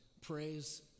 Praise